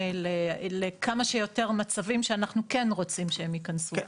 לכמה שיותר מצבים שאנחנו כן רוצים שהם יכנסו.